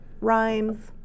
rhymes